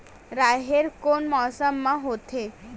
राहेर कोन मौसम मा होथे?